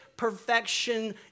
perfection